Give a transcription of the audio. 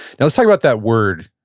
now, let's talk about that word,